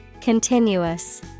Continuous